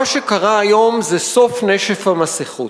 מה שקרה היום זה סוף נשף המסכות.